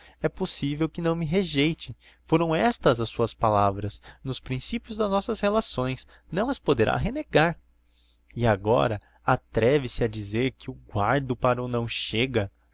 é possivel que me não rejeite foram estas as suas palavras no principio das nossas relações não as poderá renegar e agora atreve se a dizer que o guardo para o não chega